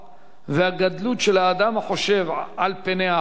והגדלות של האדם החושב על פני החי,